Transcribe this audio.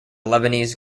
lebanese